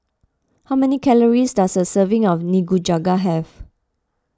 how many calories does a serving of Nikujaga have